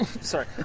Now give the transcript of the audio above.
Sorry